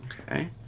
Okay